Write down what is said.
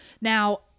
Now